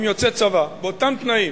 באותם תנאים.